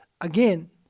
again